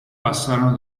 passarono